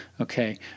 Okay